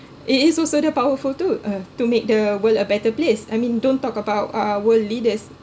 it is also the powerful tool uh to make the world a better place I mean don't talk about uh world leaders